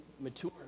mature